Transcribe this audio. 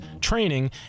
training